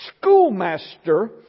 schoolmaster